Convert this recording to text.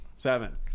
Seven